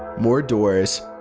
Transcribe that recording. more doors.